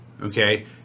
Okay